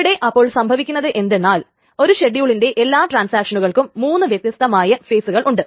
ഇവിടെ അപ്പോൾ സംഭവിക്കുന്നത് എന്തെന്നാൽ ഒരു ഷെഡ്യൂളിൻറെ എല്ലാ ട്രാൻസാക്ഷനുകൾക്കും മൂന്ന് വ്യത്യസ്തമായ ഫെസുകൾ ഉണ്ട്